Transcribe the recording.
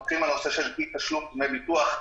אתחיל מהנושא של אי-תשלום דמי ביטוח.